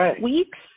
weeks